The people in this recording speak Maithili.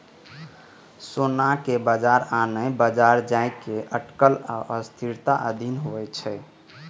सोनाक बाजार आने बाजार जकां अटकल आ अस्थिरताक अधीन होइ छै